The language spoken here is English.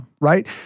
Right